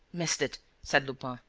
missed it! said lupin.